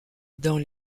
dans